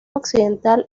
occidental